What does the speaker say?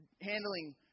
handling